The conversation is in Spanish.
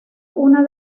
una